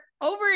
over